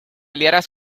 liaras